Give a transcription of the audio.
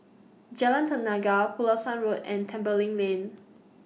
Jalan Tenaga Pulasan Road and Tembeling Lane